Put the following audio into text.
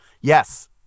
yes